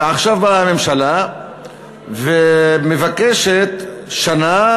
ועכשיו באה הממשלה ומבקשת שנה.